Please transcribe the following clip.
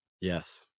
Yes